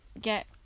get